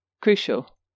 crucial